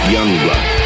Youngblood